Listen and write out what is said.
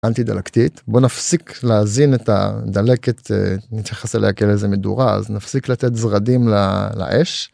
אנטי דלקתית, בוא נפסיק להזין את הדלקת נתייחס אליה כאל איזה מדורה אז נפסיק לתת זרדים לאש.